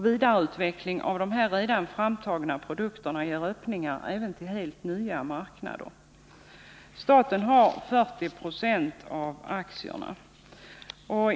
Vidareutveckling av de redan framtagna produkterna ger öppningar även till helt nya Staten har 40 26 av aktierna.